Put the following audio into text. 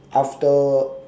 after